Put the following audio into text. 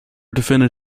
defended